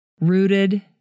Rooted